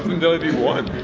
in dailyvee one.